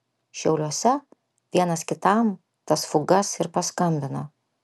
šiauliuose vienas kitam tas fugas ir paskambino